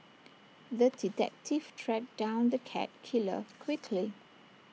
the detective tracked down the cat killer quickly